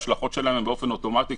ההשלכות שלהן הן באופן אוטומטי,